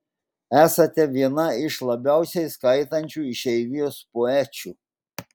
esate viena iš labiausiai skaitančių išeivijos poečių